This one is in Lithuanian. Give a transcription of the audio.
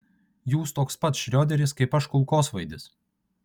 jūs toks pat šrioderis kaip aš kulkosvaidis